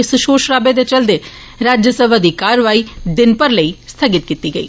इस शोर शराबे दे चलदे राज्यसभा दी कार्रवाई दिन भर तेई स्थगित करी दित्ती गेई